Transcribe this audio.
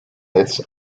rates